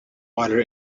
water